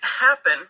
happen